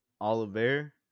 Oliver